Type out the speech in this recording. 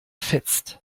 fetzt